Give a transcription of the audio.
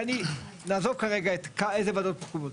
נעזוב כרגע איזה ועדות מקומיות.